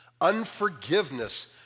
Unforgiveness